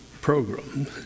program